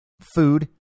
food